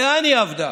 לאן היא אבדה?